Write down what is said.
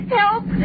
help